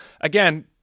again